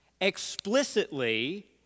explicitly